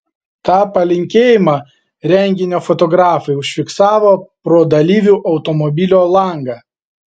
tą palinkėjimą renginio fotografai užfiksavo pro dalyvių automobilio langą